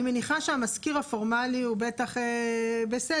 אני מניחה שהמשכיר הפורמלי הוא בטח בסדר,